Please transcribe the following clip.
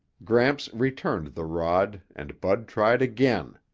gramps returned the rod and bud tried again.